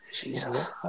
Jesus